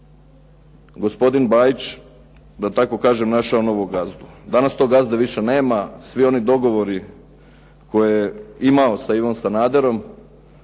gospodin Bajić da tako kažem našao novog gazdu. Danas tog gazde više nema. Svi oni dogovori koje je imao sa Ivom Sanaderom